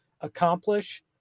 accomplish